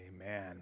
Amen